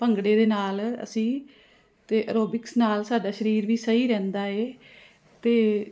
ਭੰਗੜੇ ਦੇ ਨਾਲ ਅਸੀਂ ਅਤੇ ਐਰੋਬਿਕਸ ਨਾਲ ਸਾਡਾ ਸਰੀਰ ਵੀ ਸਹੀ ਰਹਿੰਦਾ ਏ ਅਤੇ